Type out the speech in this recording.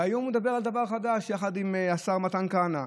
והיום הוא מדבר על דבר חדש, יחד עם השר מתן כהנא: